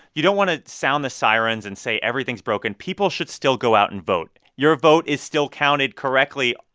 you don't want to sound the sirens and say everything's broken. people should still go out and vote. your vote is still counted correctly,